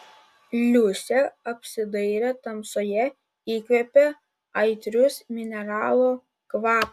liusė apsidairė tamsoje įkvėpė aitraus mineralų kvapo